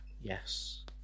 Yes